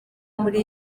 muri